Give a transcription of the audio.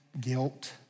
guilt